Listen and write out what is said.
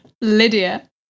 Lydia